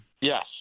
Yes